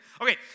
Okay